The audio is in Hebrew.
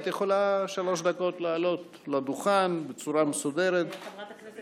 את יכולה לעלות לדוכן לשלוש דקות בצורה